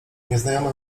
nieznajomy